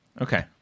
Okay